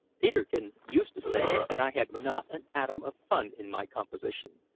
peterkin used to say that i had not an atom of fun in my composition,